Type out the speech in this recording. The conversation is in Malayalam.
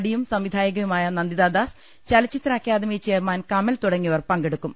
നടിയും സംവിധായകയുമായ നന്ദിതാദാസ് ചലച്ചിത്ര അക്കാദമി ചെയർമാൻ കമൽ തുടങ്ങിയവർ പങ്കെടുക്കും